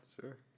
Sure